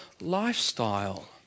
lifestyle